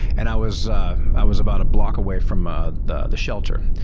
and i was i was about a block away from ah the the shelter,